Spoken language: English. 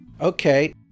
Okay